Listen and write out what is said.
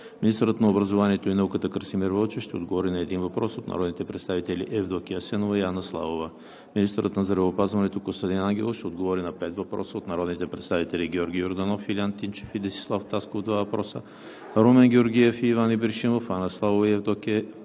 Министърът на образованието и науката Красимир Вълчев ще отговори на един въпрос от народните представители Евдокия Асенова и Анна Славова. 5. Министърът на здравеопазването Костадин Ангелов ще отговори на пет въпроса от народните представители Георги Йорданов, Илиян Тимчев и Десислав Тасков (два въпроса); Румен Георгиев и Иван Ибришимов; Анна Славова и Евдокия